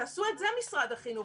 תעשו את זה משרד החינוך.